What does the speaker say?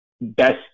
best